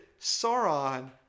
Sauron